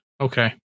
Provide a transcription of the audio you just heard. Okay